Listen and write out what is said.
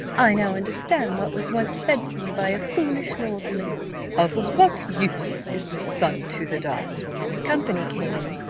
i now understand what was once said to me by a foolish lordling of what use is the sun to the dial company came in,